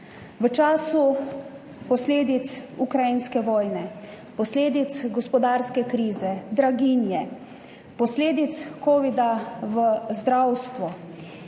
v času posledic ukrajinske vojne, posledic gospodarske krize, draginje, posledic covida v zdravstvu.